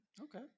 Okay